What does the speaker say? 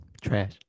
trash